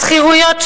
השכירויות,